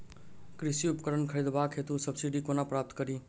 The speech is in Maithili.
कृषि उपकरण खरीदबाक हेतु सब्सिडी कोना प्राप्त कड़ी?